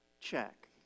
check